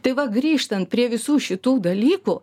tai va grįžtan prie visų šitų dalykų